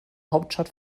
hauptstadt